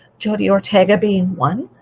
jody ortega being one,